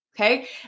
Okay